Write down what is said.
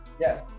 Yes